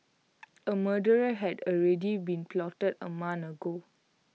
A murderer had already been plotted A month ago